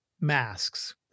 masks